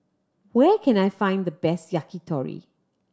where can I find the best Yakitori